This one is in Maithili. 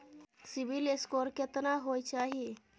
सिबिल स्कोर केतना होय चाही?